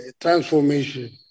transformation